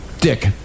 dick